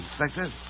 Inspector